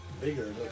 bigger